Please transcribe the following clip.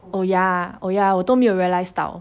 oh ya oh ya 我都没有 realise 到